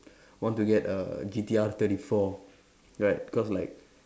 want to get a G_T_R thirty four right cause like